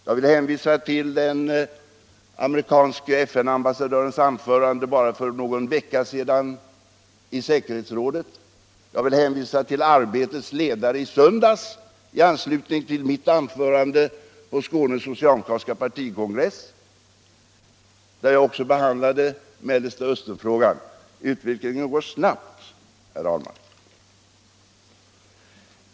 Jag vill hänvisa till den amerikanska FN-ambassadörens anförande i säkerhetsrådet för bara någon vecka sedan, och jag vill hänvisa till Arbetets ledare i söndags i anslutning till mitt anförande på Skånes socialdemokratiska partikongress, där jag också berörde Mellersta Östern-frågan. Utvecklingen går snabbt, herr Ahlmark.